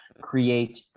create